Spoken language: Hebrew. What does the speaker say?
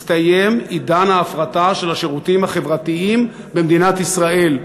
הסתיים עידן ההפרטה של השירותים החברתיים במדינת ישראל.